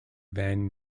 van